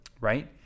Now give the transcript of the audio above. Right